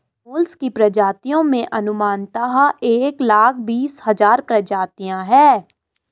mollusc की प्रजातियों में अनुमानतः एक लाख बीस हज़ार प्रजातियां है